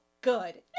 good